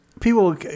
people